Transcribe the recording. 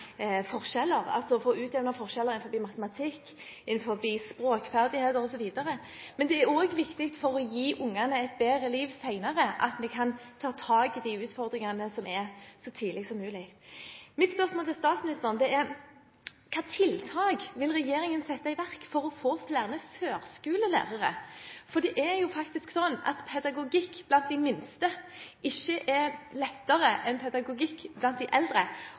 forskjeller, forskjeller innen matematikk, språkferdigheter osv., og for å gi ungene et bedre liv senere – at vi kan ta tak i de utfordringene som er, så tidlig som mulig. Mitt spørsmål til statsministeren er: Hvilke tiltak vil regjeringen sette i verk for å få flere førskolelærere? Det er jo faktisk sånn at pedagogikk blant de yngste ikke er lettere enn pedagogikk blant de eldre.